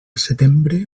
setembre